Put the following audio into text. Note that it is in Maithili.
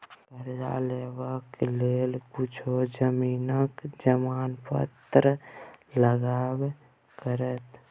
करजा लेबाक लेल किछु जमीनक जमानत पत्र लगबे करत